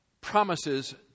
promises